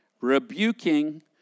rebuking